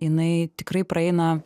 jinai tikrai praeina